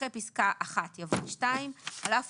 (3) אחרי פסקה (1) יבוא: "(2) על אף